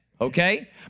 Okay